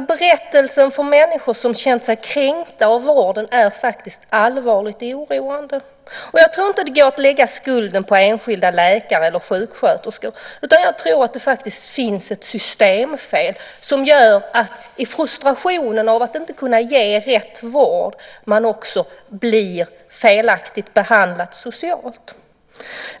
Berättelser från människor som känt sig kränkta av vården är faktiskt allvarligt oroande. Jag tror inte att det går att lägga skulden på enskilda läkare eller sjuksköterskor utan jag tror att det faktiskt finns ett systemfel som gör att man i frustrationen över att inte kunna ge rätt vård också behandlar patienten felaktigt socialt.